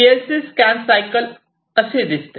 PLC scan cycle असे दिसते